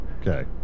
Okay